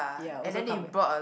ya also come back